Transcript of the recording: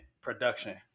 production